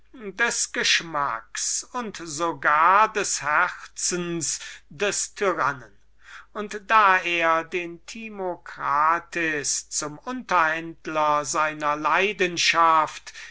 des geschmacks und so gar des herzens des tyrannen und da er den timocrat zum unterhändler seiner leidenschaft